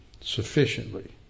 sufficiently